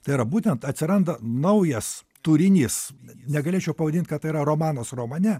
tai yra būtent atsiranda naujas turinys negalėčiau pavadint kad tai yra romanas romane